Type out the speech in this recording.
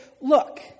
look